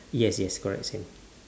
yes yes correct same